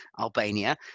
albania